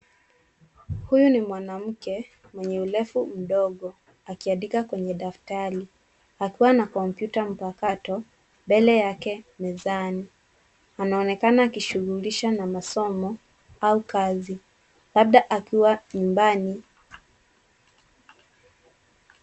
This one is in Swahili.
Huyu ni mwanamke mwenye urefu mdogo, akiandika kwenye daftari, akiwa na kompyuta mpakato, mbele yake mezani. Anaonekana akishughulisha na masomo au kazi, labda akiwa nyumbani.